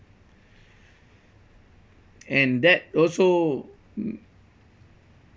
and that also